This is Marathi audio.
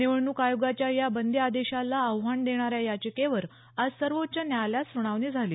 निवडणूक आयोगाच्या या बंदी आदेशाला आव्हान देणाऱ्या याचिकेवर आज सर्वोच्च न्यायालयात सुनावणी झाली